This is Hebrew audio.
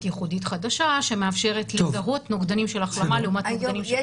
ייחודית חדשה שמאפשרת לזהות נוגדנים של החלמה נוגדנים של